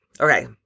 Okay